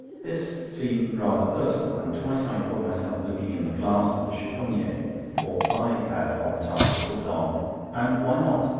this seemed rather personal and twice i caught myself looking in the glass of the cheffoniere for i had on a tie that hooked on and why not?